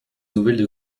nouvelles